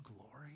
glory